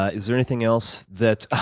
ah is there anything else that